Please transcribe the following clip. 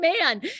man